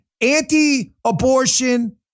anti-abortion